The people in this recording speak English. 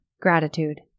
Gratitude